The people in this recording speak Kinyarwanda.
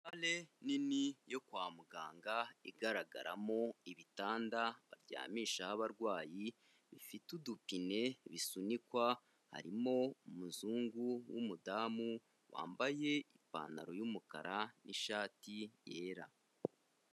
Sare nini yo kwa muganga igaragaramo ibitanda baryamishaho abarwayi bifite udupine, bisunikwa, harimo umuzungu w'umudamu wambaye ipantaro y'umukara n'ishati yera.